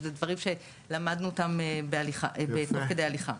דברים שלמדנו אותם תוך כדי הליכה.